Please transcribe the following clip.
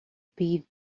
peeved